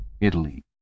Italy